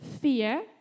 fear